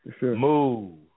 Move